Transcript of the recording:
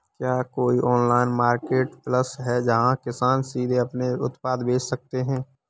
क्या कोई online marketplace है जहाँ किसान सीधे अपने उत्पाद बेच सकते हैं?